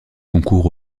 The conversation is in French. concours